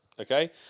okay